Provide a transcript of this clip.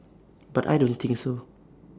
but I don't think so